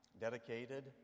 dedicated